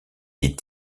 est